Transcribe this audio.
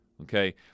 Okay